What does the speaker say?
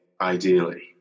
ideally